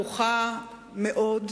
זו יוזמה ברוכה מאוד,